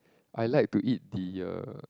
I like to eat the uh